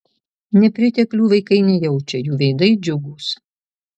nepriteklių vaikai nejaučia jų veidai džiugūs